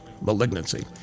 malignancy